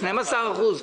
12%?